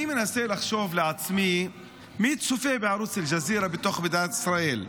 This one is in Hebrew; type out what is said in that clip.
אני מנסה לחשוב לעצמי מי צופה בערוץ אל-ג'זירה בתוך מדינת ישראל?